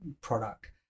product